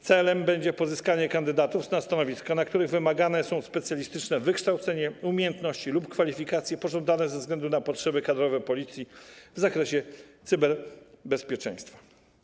Celem będzie pozyskanie kandydatów na stanowiska, na których wymagane są specjalistyczne wykształcenie, umiejętności lub kwalifikacje pożądane ze względu na potrzeby kadrowe Policji w zakresie cyberbezpieczeństwa.